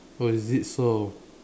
oh is it so